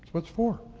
what it's for.